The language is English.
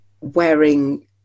wearing